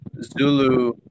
Zulu